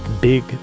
big